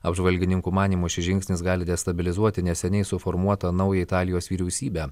apžvalgininkų manymu šis žingsnis gali destabilizuoti neseniai suformuotą naują italijos vyriausybę